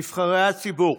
נבחרי הציבור,